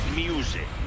music